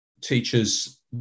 Teachers